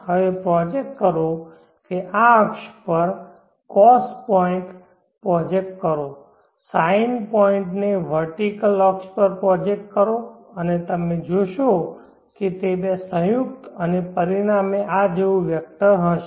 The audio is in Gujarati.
હવે પ્રોજેક્ટ કરો કે આ અક્ષ પર cos પોઇન્ટ પ્રોજેક્ટ કરો sine પોઇન્ટને વેર્ટીકેલ અક્ષ પર પ્રોજેક્ટ કરો અને તમે જોશો કે તે બે સંયુક્ત અને પરિણામે આ જેવું વેક્ટર હશે